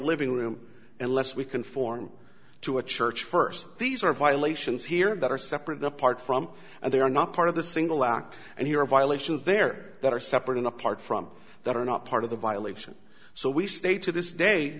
living room unless we conform to a church first these are violations here that are separate and apart from and they are not part of the single act and here violations there that are separate and apart from that are not part of the violation so we stay to this day